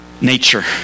nature